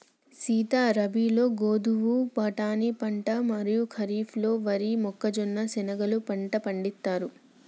సీత రబీలో గోధువు, బార్నీ పంటలు ఖరిఫ్లలో వరి, మొక్కజొన్న, శనిగెలు పంట పండిత్తారు